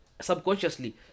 subconsciously